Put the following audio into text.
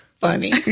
funny